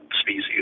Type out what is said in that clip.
species